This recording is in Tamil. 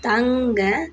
தங்க